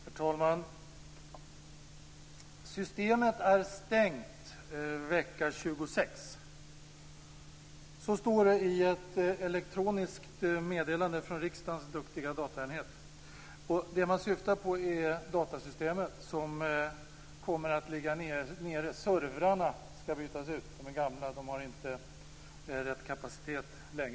Herr talman! "Systemet är stängt vecka 26." Så står det i ett elektroniskt meddelande från riksdagens duktiga dataenhet. Det man syftar på är datasystemet som kommer att ligga nere. Servrarna skall bytas ut, de är gamla, de har inte rätt kapacitet.